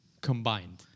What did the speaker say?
combined